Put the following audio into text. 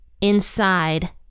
inside